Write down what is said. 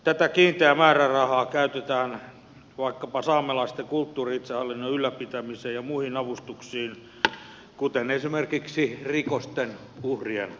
tätä kiinteää määrärahaa käytetään vaikkapa saamelaisten kulttuuri itsehallinnon ylläpitämiseen ja muihin avustuksiin kuten esimerkiksi rikosten uhrien avustuksiin